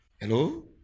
Hello